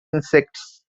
insects